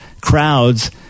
crowds